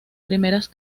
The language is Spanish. primeras